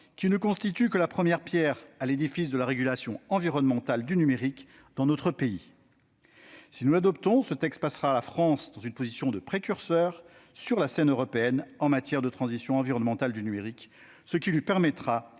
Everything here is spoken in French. qui ne constitue que la première pierre à l'édifice de la régulation environnementale du numérique dans notre pays. Si nous l'adoptons, ce texte placera la France dans une position de précurseur sur la scène européenne en matière de transition environnementale du numérique, ce qui lui permettra